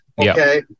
Okay